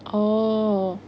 oh